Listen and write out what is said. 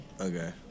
Okay